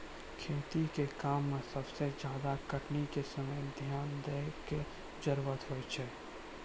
खेती के काम में सबसे ज्यादा कटनी के समय ध्यान दैय कॅ जरूरत होय छै